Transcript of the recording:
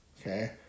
Okay